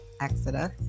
Exodus